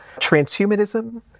transhumanism